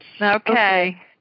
okay